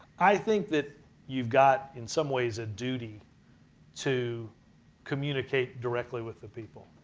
i think that you've got in some ways a duty to communicate directly with the people.